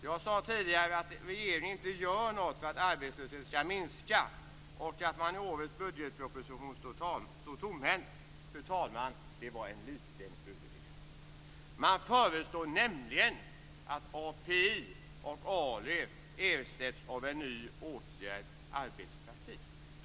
Jag sade tidigare att regeringen inte gör något för att arbetslösheten skall minska och att man i årets budgetproposition står tomhänt. Fru talman! Det var en liten överdrift. Man föreslår nämligen att API och ALU ersätts av en ny åtgärd, arbetspraktik.